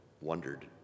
wondered